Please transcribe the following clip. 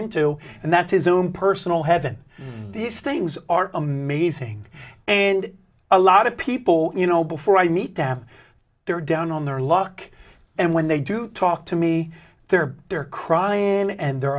into and that's his own personal heaven these things are amazing and a lot of people you know before i meet them they're down on their luck and when they do talk to me they're they're crying and the